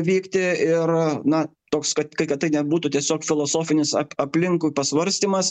vykti ir na toks kad kai kad tai nebūtų tiesiog filosofinis aplinkui pasvarstymas